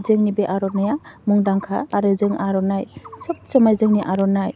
जोंनि बे आर'नाइया मुंदांखा आरो जों आर'नाइ सब समाय जोंनि आर'नाइ